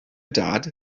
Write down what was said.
dad